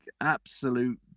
absolute